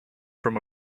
from